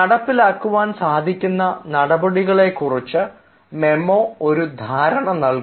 നടപ്പിലാക്കുവാൻ സാധിക്കുന്ന നടപടികളെക്കുറിച്ച് മെമ്മോ ഒരു ധാരണ നൽകുന്നു